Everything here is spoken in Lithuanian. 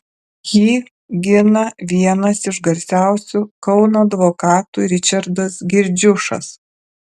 jį gina vienas iš garsiausių kauno advokatų ričardas girdziušas